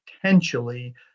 potentially